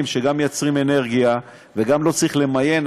שגם מייצרים אנרגיה וגם לא צריך למיין,